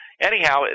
anyhow